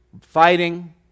fighting